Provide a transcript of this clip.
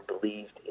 believed